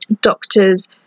doctors